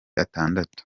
atandatu